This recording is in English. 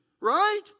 Right